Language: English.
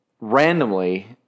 randomly